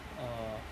err